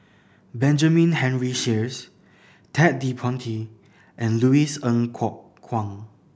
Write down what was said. Benjamin Henry Sheares Ted De Ponti and Louis Ng Kok Kwang